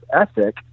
ethic